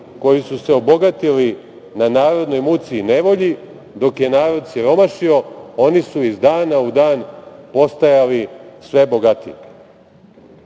koji su se obogatili na narodnoj muci i nevolji. Dok je narod siromašio, oni su iz dana u dan postajali sve bogatiji. Mene